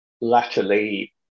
latterly